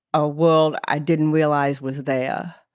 a world i didn't realize was there.